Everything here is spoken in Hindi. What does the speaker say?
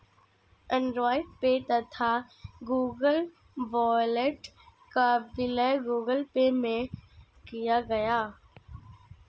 एंड्रॉयड पे तथा गूगल वॉलेट का विलय गूगल पे में किया गया